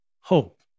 Hope